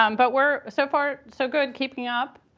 um but we're so far, so good keeping up.